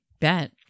bet